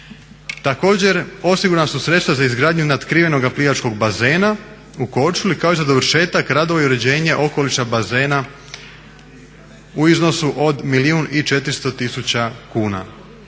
Također osigurana su sredstva za izgradnju natkrivenog plivačkog bazena u Korčuli, kao i za dovršetak radova i uređenje okoliša, bazena u iznosu od milijun